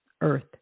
Earth